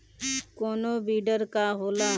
कोनो बिडर का होला?